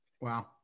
Wow